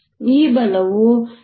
ಈ ಬಲವು T2yx2xμ